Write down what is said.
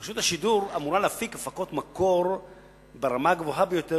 רשות השידור אמורה להפיק הפקות מקור ברמה הגבוהה ביותר,